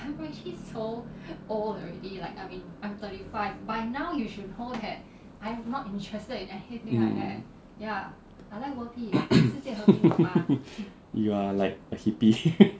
you are like a hippie